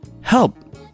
help